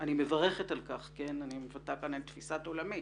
ואני מברכת על כך, אני מודה שזו תפיסת עולמי